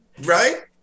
Right